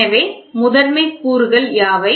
எனவே முதன்மை கூறுகள் யாவை